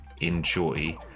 enjoy